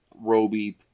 Roby